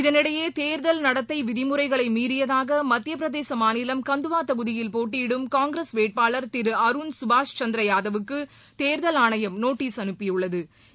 இதனிடையே தேர்தல் நடத்தை விதிமுறைகளை மீறியதாக மத்திய பிரதேச மாநிலம் கந்த்துவா தொகுதியில் போட்டியிடும் காங்கிரஸ் வேட்பாளர் திரு அருண்சுபாஷ் சந்திர யாதவுக்கு தேர்தல் ஆணையம் நோட்டீஸ் அனுப்பியுளள்து